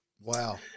Wow